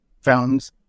found